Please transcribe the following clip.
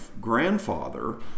grandfather